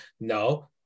No